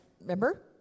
remember